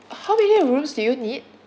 how many rooms do you need